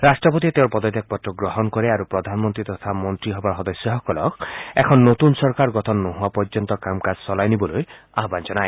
ৰট্টপতিয়ে তেওঁৰ পদত্যাগ পত্ৰ গ্ৰহণ কৰে আৰু প্ৰধানমন্ত্ৰী তথা মন্ত্ৰীসভাৰ সদস্যসকলক এখন নতুন চৰকাৰ গঠন নোহোৱা পৰ্যন্ত কাম কাজ চলাই নিবলৈ আহান জনায়